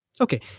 Okay